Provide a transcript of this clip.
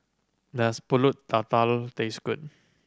does Pulut Tatal taste good